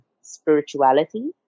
spirituality